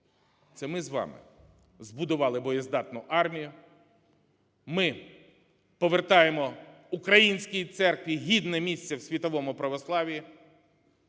Це ми з вами збудували боєздатну армію. Ми повертаємо українській церкві гідне місце в світовому православ'ї.